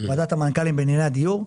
ועדת המנכ"לים בענייני הדיור,